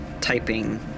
typing